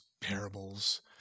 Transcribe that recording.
parables